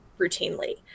routinely